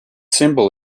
symbol